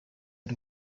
ari